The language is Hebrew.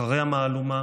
אחרי המהלומה